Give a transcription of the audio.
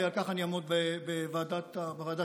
ועל כך אני אעמוד בוועדה שתדון,